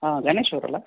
ಹಾಂ ಗಣೇಶ್ ಅವ್ರು ಅಲ್ಲ